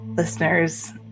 listeners